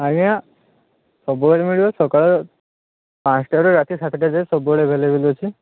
ଆଜ୍ଞା ସବୁବେଳେ ମିଳିବ ସକାଳ ପାଞ୍ଚଟାରୁ ରାତି ସାତଟା ଯାଏଁ ସବୁବେଳେ ଆଭେଲବଲ୍ ଅଛି